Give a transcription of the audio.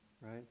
right